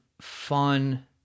fun